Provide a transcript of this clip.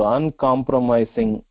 Uncompromising